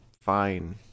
fine